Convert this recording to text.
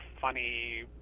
funny